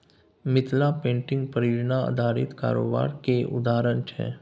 Mithila painting परियोजना आधारित कारोबार केर उदाहरण छै